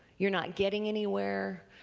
you're not getting anywhere.